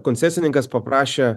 koncesininkas paprašė